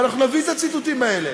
ואנחנו נביא את הציטוטים האלה,